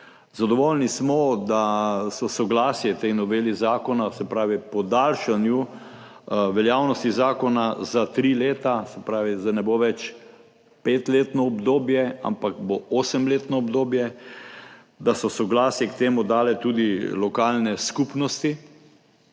Zadovoljni smo, da so soglasje tej noveli zakona, se pravi podaljšanju veljavnosti zakona za tri leta, se pravi zdaj ne bo več petletno obdobje, ampak bo osemletno obdobje, dale tudi lokalne skupnosti.